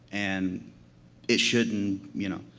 and it shouldn't, you know